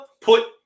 put